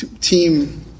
Team